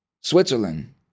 Switzerland